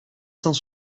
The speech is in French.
cent